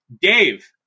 Dave